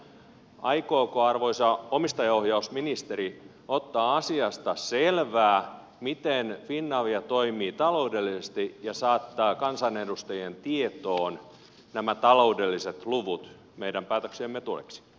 aikooko arvoisa omistajaohjausministeri ottaa selvää miten finavia toimii talou dellisesti ja saattaa kansanedustajien tietoon nämä taloudelliset luvut meidän päätöksiemme tueksi